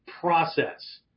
process